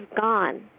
gone